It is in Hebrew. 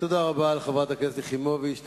תודה רבה לחברת הכנסת יחימוביץ.